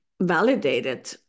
validated